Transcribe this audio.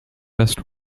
best